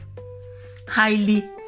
Highly